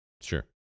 Sure